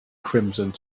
crimson